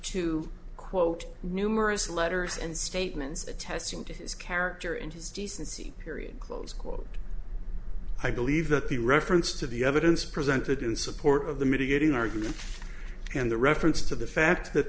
to quote numerous letters and statements attesting to his character and his decency period close quote i believe that the reference to the evidence presented in support of the mitigating argument and the reference to the fact that